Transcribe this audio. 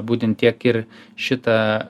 būtent tiek ir šitą